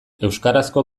euskarazko